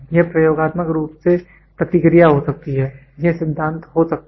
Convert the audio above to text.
यह प्रयोगात्मक रूप से प्रतिक्रिया हो सकती है यह सिद्धांत हो सकता है